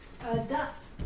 Dust